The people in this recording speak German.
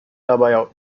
dabei